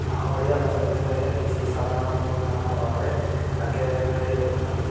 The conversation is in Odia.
ଓଡ଼ିଆ ଭାଷା ବିଷୟରେ କିଛି ସାଧାରଣ ଭୁଲ ଧାରଣା ଭାବରେ ତାଙ୍କେ ଧରି ରହିଥାନ୍ତି